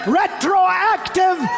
retroactive